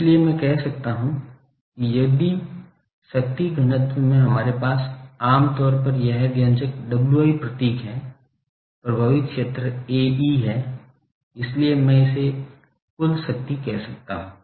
इसलिए मैं कह सकता हूं कि यदि शक्ति घनत्व में हमारे पास आम तौर पर यह व्यंजक Wi प्रतीक है प्रभावी क्षेत्र Ae है इसलिए मैं इसे कुल शक्ति कह सकता हूं